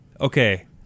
okay